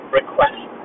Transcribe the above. request